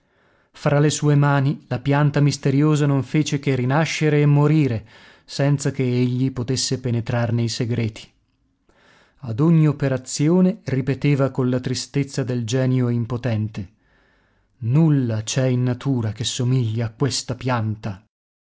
fra le sue mani la pianta misteriosa non fece che rinascere e morire senza che egli potesse penetrarne i segreti ad ogni operazione ripeteva colla tristezza del genio impotente nulla c'è in natura che somigli a questa pianta